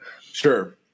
Sure